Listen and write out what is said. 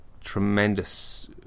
tremendous